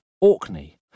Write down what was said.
Orkney